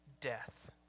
death